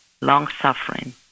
long-suffering